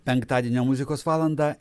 penktadienio muzikos valandą